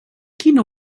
quina